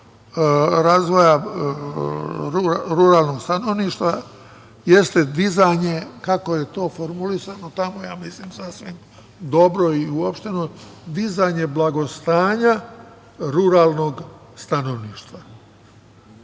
razvoja ruralnog stanovništva jeste dizanje, kako je to formulisano tamo, ja mislim sasvim dobro i uopšteno, dizanje blagostanja ruralnog stanovništva. Ima